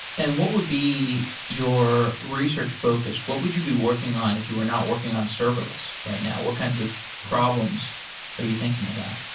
and what would be your research focus? what would you be working on if you are not working on serverless right now? what kinds of problems are you thinking about?